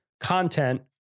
content